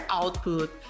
output